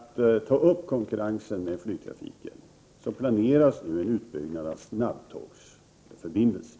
Herr talman! Just för att ta upp konkurrensen med flygtrafiken planeras nu en utbyggnad av snabbtågsförbindelserna.